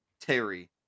Terry